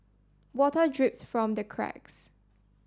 water drips from the cracks